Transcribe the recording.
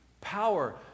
power